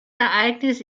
ereignis